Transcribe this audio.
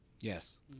Yes